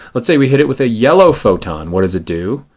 let's say we hit it with a yellow photon. what does it do?